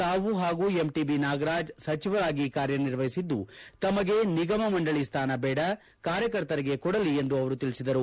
ತಾವು ಹಾಗೂ ಎಂಟಿಬಿ ನಾಗರಾಜ್ ಸಚಿವರಾಗಿ ಕಾರ್ಯನಿರ್ವಹಿಸಿದ್ದು ತಮಗೆ ನಿಗಮ ಮಂಡಳಿ ಸ್ವಾನ ಬೇಡ ಕಾರ್ಯಕರ್ತರಿಗೆ ಕೊಡಲಿ ಎಂದು ಅವರು ತಿಳಿಸಿದರು